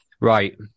Right